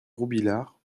robiliard